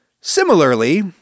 Similarly